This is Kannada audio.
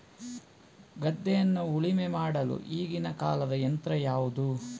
ಗದ್ದೆಯನ್ನು ಉಳುಮೆ ಮಾಡಲು ಈಗಿನ ಕಾಲದ ಯಂತ್ರ ಯಾವುದು?